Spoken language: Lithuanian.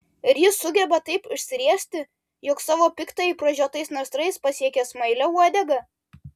ir ji sugeba taip išsiriesti jog savo piktai pražiotais nasrais pasiekia smailią uodegą